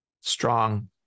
strong